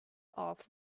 off